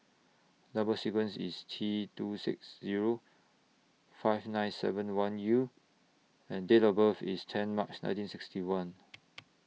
Number sequence IS T two six Zero five nine seven one U and Date of birth IS ten March nineteen sixty one